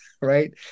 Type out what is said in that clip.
right